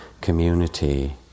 community